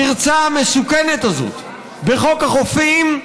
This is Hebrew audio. הפרצה המסוכנת הזאת בחוק החופים,